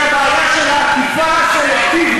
היא הבעיה של האכיפה הסלקטיבית.